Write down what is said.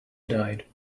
died